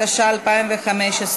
התשע"ה 2015,